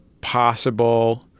possible